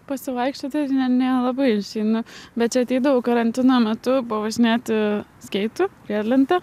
pasivaikščioti nelabai išeina bet čia ateidavau karantino metu pavažinėti skeitu riedlente